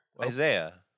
Isaiah